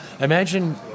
Imagine